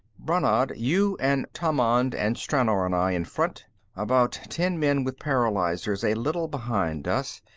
brannad, you and tammand and stranor and i in front about ten men with paralyzers a little behind us.